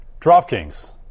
DraftKings